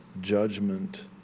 judgment